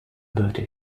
bertie